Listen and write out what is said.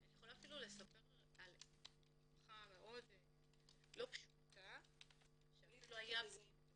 אני יכולה לספר אפילו על משפחה לא פשוטה -- בלי שום פרטים,